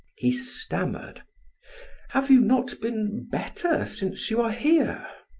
he stammered have you not been better since you are here?